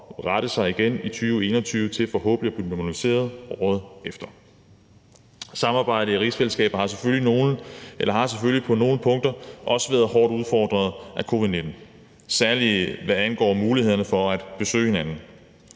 rette sig igen i 2021 for forhåbentlig at blive normaliseret året efter. Samarbejdet i rigsfællesskabet har selvfølgelig på nogle punkter også været hårdt udfordret af covid-19, særlig hvad angår mulighederne for at besøge hinanden.